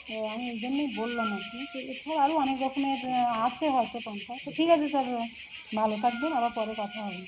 ও আমি এই জন্যই বললাম আর কি তো এছাড়া আরও অনেক রকমের আছে হয়তো পন্থা তো ঠিক আছে স্যার ভালো থাকবেন আবার পরে কথা হবে